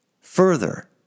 Further